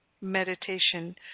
meditation